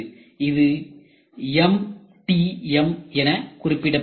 இது MTM என குறிப்பிடப்படுகிறது